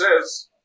says